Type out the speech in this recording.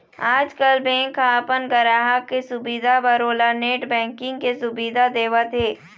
आजकाल बेंक ह अपन गराहक के सुबिधा बर ओला नेट बैंकिंग के सुबिधा देवत हे